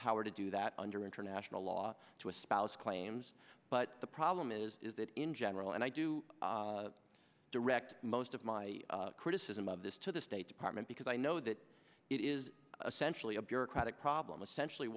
power to do that under international law to espouse claims but the problem is that in general and i do direct most of my criticism of this to the state department because i know that it is essential to a bureaucratic problem essentially